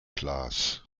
glas